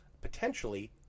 potentially